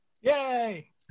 Yay